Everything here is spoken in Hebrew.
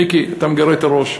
מיקי, אתה מגרד את הראש.